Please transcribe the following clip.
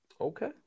Okay